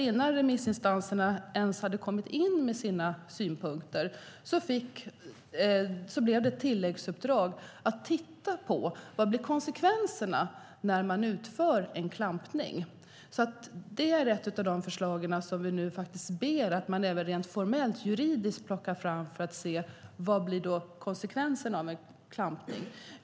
Innan remissinstanserna ens hade kommit in med sina synpunkter gavs ett tilläggsuppdrag att titta på vilka konsekvenser det blir när man utför en klampning. Det är ett av de förslag som vi nu ber att man plockar fram rent formellt, juridiskt för att se vilka konsekvenser det blir av en klampning.